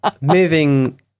moving